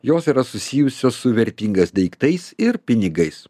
jos yra susijusios su vertingais daiktais ir pinigais